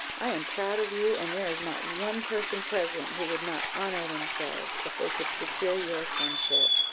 i am proud of you and there is not one person present who would not honour themselves, if they could secure your friendship.